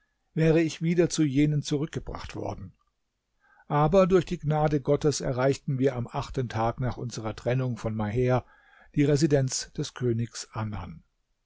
wäre ich wieder zu jenen zurückgebracht worden aber durch die gnade gottes erreichten wir am achten tag nach unserer trennung von maher die residenz des königs anan